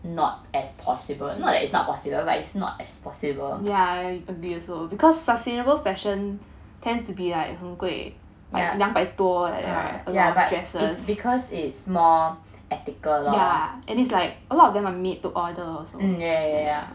not as possible not that it's not possible but it's not as possible ya but because it's more ethical lor mm yeah yeah yeah yeah